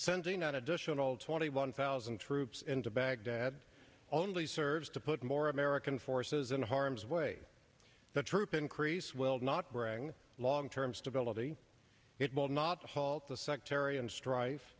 that additional twenty one thousand troops into baghdad only serves to put more american forces in harm's way the troop increase will not bring long term stability it will not halt the sectarian strife